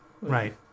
right